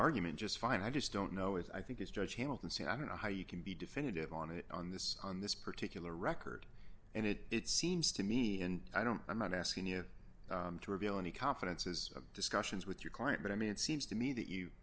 argument just fine i just don't know it i think is judge hamilton said i don't know how you can be definitive on it on this on this particular record and it it seems to me and i don't i'm not asking you to reveal any confidences of discussions with your client but i mean it seems to me that you